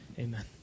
Amen